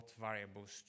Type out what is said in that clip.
variables